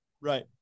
Right